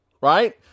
right